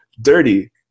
dirty